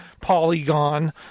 Polygon